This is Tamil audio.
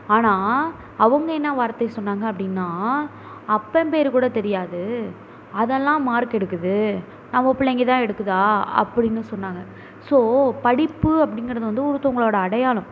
அவங்க என்ன வார்த்தையை சொன்னாங்க அப்படின்னா அப்பன் பேர் கூட தெரியாது அதெல்லாம் மார்க் எடுக்குது நம்ம பிள்ளைங்க தான் எடுக்குதா அப்படின்னு சொன்னாங்க ஸோ படிப்பு அப்படிங்கிறது வந்து ஒருத்தங்களோட அடையாளம்